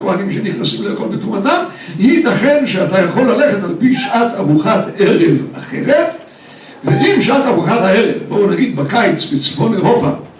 כהנים שנכנסים לרקוד בתרומתם, ייתכן שאתה יכול ללכת על פי שעת ארוחת ערב אחרת ואם שעת ארוחת הערב, בואו נגיד בקיץ בצפון אירופה